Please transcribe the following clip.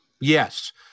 Yes